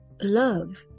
love